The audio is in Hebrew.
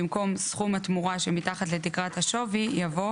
במקום "סכום התמורה שמתחת לתקרת השווי" יבוא